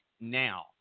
now